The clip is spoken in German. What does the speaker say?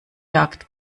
jagd